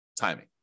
timing